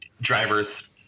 drivers